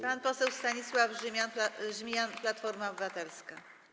Pan poseł Stanisław Żmijan, Platforma Obywatelska.